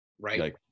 right